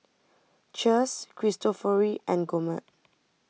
Cheers Cristofori and Gourmet